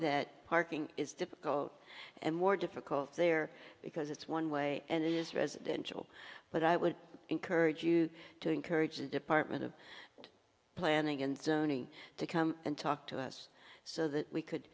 that parking is difficult and more difficult there because it's one way and it is residential but i would encourage you to encourage the department of planning and zoning to come and talk to us so that we could